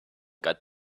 got